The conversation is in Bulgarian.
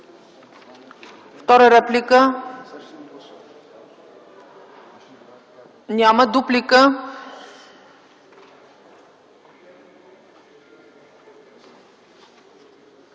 втора реплика? Няма. Дуплика